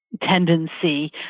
tendency